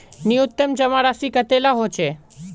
न्यूनतम जमा राशि कतेला होचे?